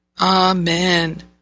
Amen